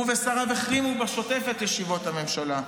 הוא ושריו החרימו בשוטף את ישיבות הממשלה,